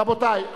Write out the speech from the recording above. רבותי,